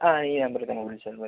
ആ ഈ നമ്പറിൽ തന്നെ വിളിച്ചാൽ മതി